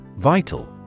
Vital